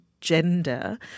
gender